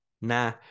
Nah